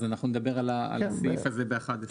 אז אנחנו נדבר על הסעיף הזה ב-11:00.